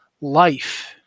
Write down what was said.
life